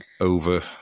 over